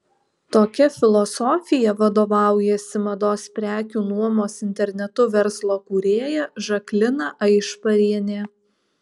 tokia filosofija vadovaujasi mados prekių nuomos internetu verslo kūrėja žaklina aišparienė